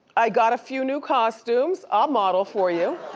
i got a few new costumes. i'll model for you.